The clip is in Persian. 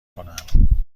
کنم